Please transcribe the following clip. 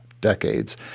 decades